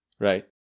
Right